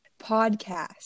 podcast